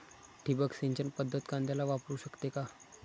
ठिबक सिंचन पद्धत कांद्याला वापरू शकते का?